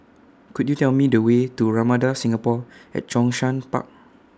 Could YOU Tell Me The Way to Ramada Singapore At Zhongshan Park